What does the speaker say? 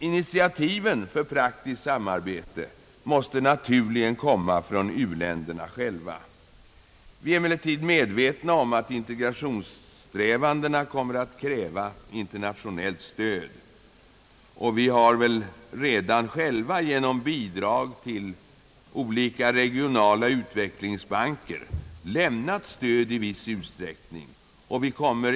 Initiativen till praktiskt samarbete måste naturligen komma från u-länderna själva. Vi är emellertid medvetna om att integrationssträvandena kommer att kräva internationellt stöd, och vi har redan själva genom bidrag till olika regionala utvecklingsbanker i viss ut sträckning lämnat bistånd.